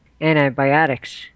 antibiotics